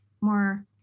more